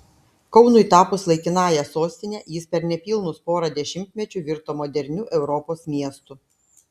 kaunui tapus laikinąja sostine jis per nepilnus pora dešimtmečių virto moderniu europos miestu